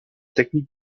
technique